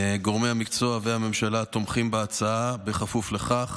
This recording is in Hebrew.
גורמי מקצוע והממשלה תומכים בהצעה, בכפוף לכך.